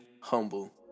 humble